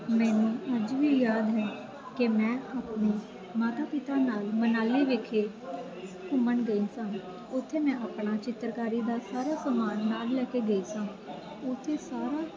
ਮੈਨੂੰ ਅੱਜ ਵੀ ਯਾਦ ਨੇ ਕਿ ਮੈਂ ਆਪਣੀ ਮਾਤਾ ਪਿਤਾ ਨਾਲ ਮਨਾਲੀ ਵਿਖੇ ਘੁੰਮਣ ਗਈ ਸਾਂ ਉੱਥੇ ਮੈਂ ਆਪਣਾ ਚਿੱਤਰਕਾਰੀ ਦਾ ਸਾਰਾ ਸਮਾਨ ਨਾਲ ਲੈ ਕੇ ਗਈ ਸਾਂ ਉੱਥੇ ਸਾਰਾ